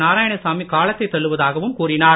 நாராயணசாமி காலத்தை தள்ளுவதாகவும் கூறினார்